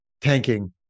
tanking